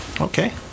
Okay